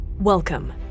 Welcome